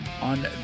on